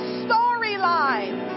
storyline